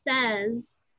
says